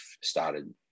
started